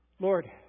Lord